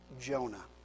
Jonah